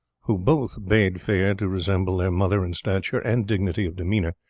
who both bade fair to resemble their mother in stature and dignity of demeanour,